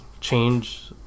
change